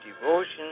devotion